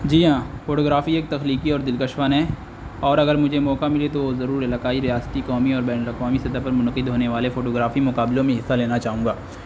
جی ہاں photography ایک تخلیقی اور دلکش فن ہے اور اگر مجھے موقع ملے تو وہ ضرور علاقائی ریاستی قومی اور بین الاقوامی سطح پر منعقد ہونے والے فوٹو گرافی مقابلوں میں حصہ لینا چاہوں گا